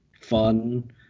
fun